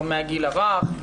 מה פריצת הדרך שתהיה